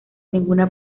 ninguna